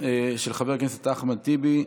של חבר הכנסת אחמד טיבי,